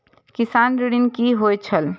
किसान ऋण की होय छल?